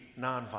nonviolent